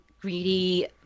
greedy